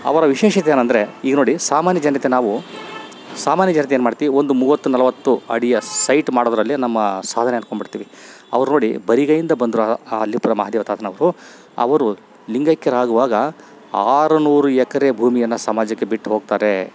ಅವರ ವಿಶೇಷತೆ ಏನಂದರೆ ಈಗ ನೋಡಿ ಸಾಮಾನ್ಯ ಜನತೆ ನಾವು ಸಾಮಾನ್ಯ ಜನತೆ ಏನು ಮಾಡ್ತಿವಿ ಒಂದು ಮೂವತ್ತು ನಲವತ್ತು ಅಡಿಯ ಸೈಟ್ ಮಾಡೋದ್ರಲ್ಲೇ ನಮ್ಮ ಸಾಧನೆ ಅಂದ್ಕೊಂಬಿಡ್ತಿವಿ ಅವ್ರು ನೋಡಿ ಬರಿಗೈಯಿಂದ ಬಂದ್ರು ಆ ಅಲ್ಲಿಪುರ ಮಹಾದೇವ ತಾತನವರು ಅವರು ಲಿಂಗೈಕ್ಯರಾಗುವಾಗ ಆರು ನೂರು ಎಕರೆ ಭೂಮಿಯನ್ನ ಸಮಾಜಕ್ಕೆ ಬಿಟ್ಟು ಹೋಗ್ತಾರೆ